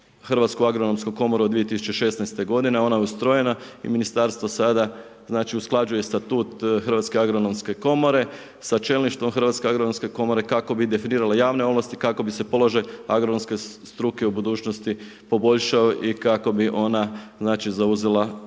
Hrvatsku agronomsku komoru od 2016. godine, ona je ustrojena i ministarstvo sada usklađuje status Hrvatske agronomske komore sa čelništvom Hrvatske agronomske komore kako bi definirala javne ovlasti, kako bi se položaj agronomske struke u budućnosti poboljšao i kako bi ona zauzela mjesto